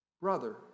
Brother